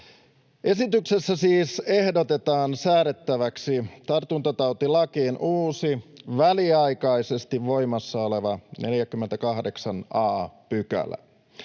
Esityksessä siis ehdotetaan säädettäväksi tartuntatautilakiin uusi, väliaikaisesti voimassa oleva 48 a §.